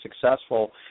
successful